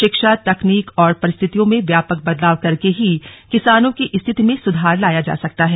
शिक्षा तकनीक और परिस्थितियों में व्यापक बदलाव करके ही किसानों की स्थिति में सुधार लाया जा सकता है